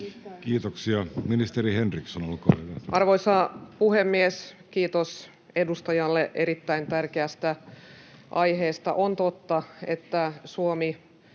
Kiitoksia. — Ministeri Henriksson, olkaa hyvä. Arvoisa puhemies! Kiitos edustajalle erittäin tärkeästä aiheesta. On totta, että Suomi